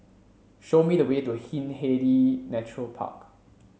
show me the way to Hindhede Nature Park